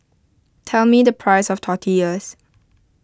tell me the price of Tortillas